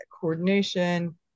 coordination